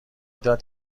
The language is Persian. داد